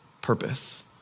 purpose